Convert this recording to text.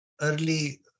early